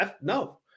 No